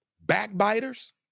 Backbiters